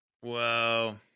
Whoa